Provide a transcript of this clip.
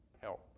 help